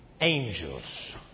angels